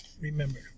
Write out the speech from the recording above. remember